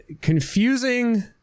confusing